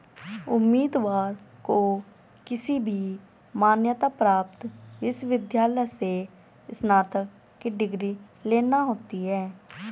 उम्मीदवार को किसी भी मान्यता प्राप्त विश्वविद्यालय से स्नातक की डिग्री लेना होती है